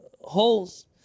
holes